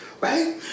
Right